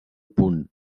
punt